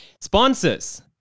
Sponsors